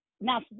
now